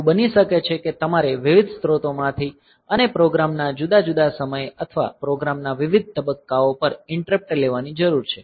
એવું બની શકે છે કે તમારે વિવિધ સ્રોતોમાંથી અને પ્રોગ્રામ ના જુદા જુદા સમયે અથવા પ્રોગ્રામ ના વિવિધ તબક્કાઓ પર ઈંટરપ્ટ લેવાની જરૂર છે